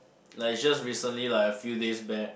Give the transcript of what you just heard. like it's just recently lah a few days back